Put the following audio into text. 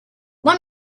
let